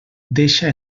deixa